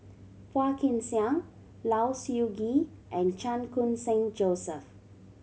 Phua Kin Siang Low Siew Nghee and Chan Khun Sing Joseph